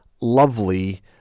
lovely